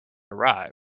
arrived